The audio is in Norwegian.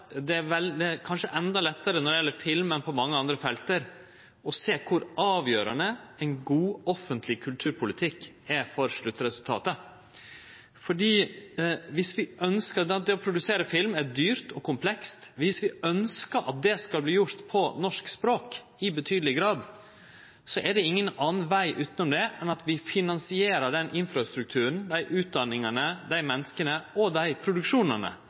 det kanskje er endå lettare når det gjeld film enn på mange andre felt å sjå kor avgjerande ein god offentleg kulturpolitikk er for sluttresultatet. Det å produsere film er dyrt og komplekst. Viss vi ønskjer at det skal verte gjort på norsk språk i betydeleg grad, er det ingen annan veg utanom enn at vi finansierer den infrastrukturen, dei utdanningane, dei menneska og dei produksjonane